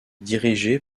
dirigé